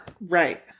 Right